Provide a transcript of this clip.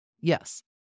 Yes